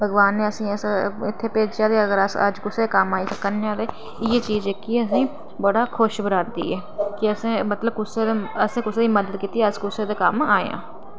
भगोआन ने असें अस इत्थै भेजेआ ते अगर अस अज्ज कुसै दे कम्म आई सकने आं ते इ'यै चीज जेह्की असें बड़ा खुश बनांदी ऐ की़ि असें मतलब कुसै दे असें कुसै दी मदद कीती अस कुसै दे कम्म आए आं